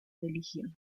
religión